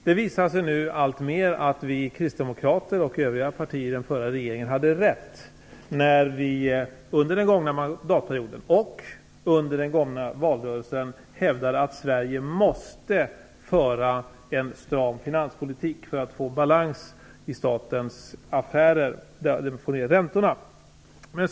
Det visar sig nu alltmer att vi kristdemokrater och övriga partier i den förra regeringen hade rätt när vi under den gångna mandatperioden och under den gångna valrörelsen hävdade att Sverige måste föra en stram finanspolitik för att få balans i statens affärer och få ner räntorna. Herr talman!